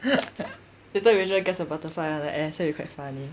later rachel gets a butterfly on her ass that will be quite funny